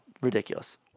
Ridiculous